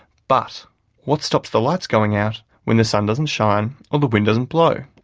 but what stop the lights going out when the sun doesn't shine or the wind doesn't blow?